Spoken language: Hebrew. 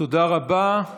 תודה רבה.